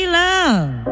love